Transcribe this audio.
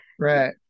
Right